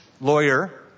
lawyer